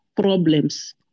problems